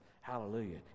Hallelujah